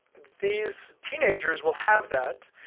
these teenagers will have that,